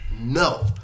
No